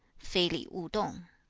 fei li wu dong.